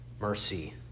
mercy